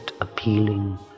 appealing